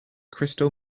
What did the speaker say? crystal